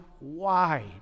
wide